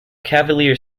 cavalier